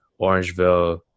Orangeville